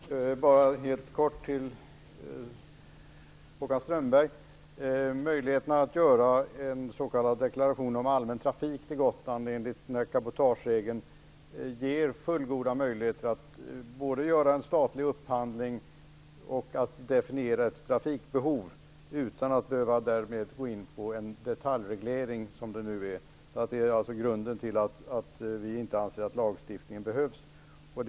Fru talman! Låt mig bara säga helt kort till Håkan Strömberg att möjligheterna att göra en s.k. deklaration om allmän trafik till Gotland enligt den här cabotageregeln ger fullgoda möjligheter att både göra en statlig upphandling och definiera ett trafikbehov utan att därmed behöva gå in på en detaljreglering. Det är grunden till att vi anser att lagstiftningen inte behövs.